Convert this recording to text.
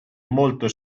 molto